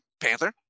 Panther